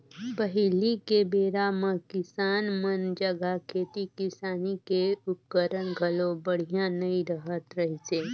पहिली के बेरा म किसान मन जघा खेती किसानी के उपकरन घलो बड़िहा नइ रहत रहिसे